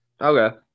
Okay